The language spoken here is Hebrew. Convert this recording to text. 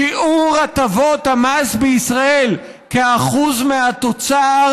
שיעור הטבות המס בישראל כאחוז מהתוצר